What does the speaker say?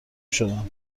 شدن